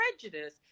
prejudice